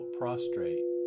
prostrate